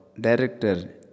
Director